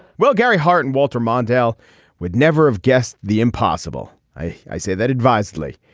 well gary hart and walter mondale would never have guessed the impossible. i i say that advisedly.